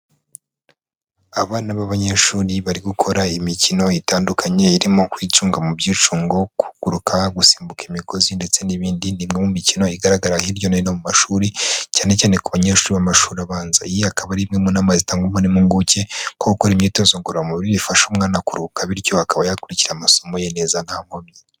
Abana b'abanyeshuri bari gukora imikino itandukanye irimo kwicunga mu byicungo, kuguruka, gusimbuka imigozi, ndetse n'ibindi, ni imwe mu mikino igaragara hirya no hino mu mashuri cyane cyane ku banyeshuri b'amashuri abanza, iyi akaba ari imwe mu nama zitangwa n'impuguke ko gukora imyitozo ngoromubiri bifasha umwana kuruhuka, bityo akaba yakurikira amasomo ye neza nta nkomyi.